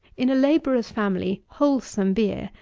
in a labourer's family, wholesome beer,